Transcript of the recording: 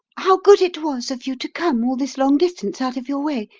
how good it was of you to come all this long distance out of your way.